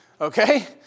Okay